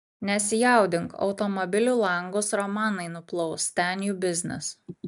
nesijaudink automobilių langus romanai nuplaus ten jų biznis